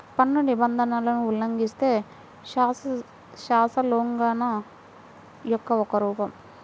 పన్ను నిబంధనలను ఉల్లంఘిస్తే, శాసనోల్లంఘన యొక్క ఒక రూపం